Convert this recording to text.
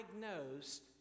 diagnosed